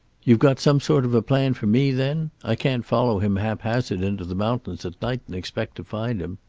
you've got some sort of plan for me, then? i can't follow him haphazard into the mountains at night, and expect to find him.